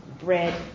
bread